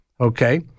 okay